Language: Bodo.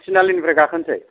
ए टिनालिनिफ्रा गाखोनोसै